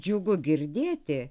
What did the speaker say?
džiugu girdėti